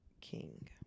King